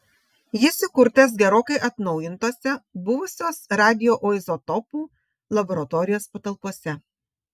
jis įkurtas gerokai atnaujintose buvusios radioizotopų laboratorijos patalpose